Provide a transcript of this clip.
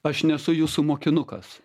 aš nesu jūsų mokinukas